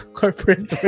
corporate